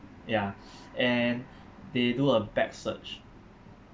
ya and they do a bag search